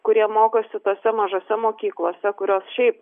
kurie mokosi tose mažose mokyklose kurios šiaip